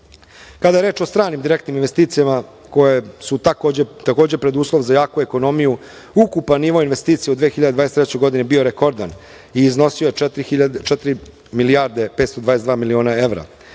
evra. Kada je reč o stranim direktnim investicijama, koje su, takođe, preduslov za jaku ekonomiju, ukupan nivo investicija u 2023. godini je bio rekordan i iznosio je 4.522.000.000 evra.